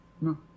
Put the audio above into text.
No